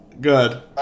good